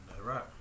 Right